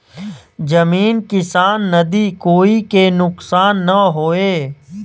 जमीन किसान नदी कोई के नुकसान न होये